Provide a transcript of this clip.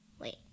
Wait